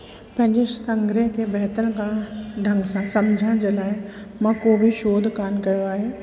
पंहिंजे संग्रह खे बहितर करण ढंग सां समुझण जे लाइ मां कोई बि शोध कान कयो आहे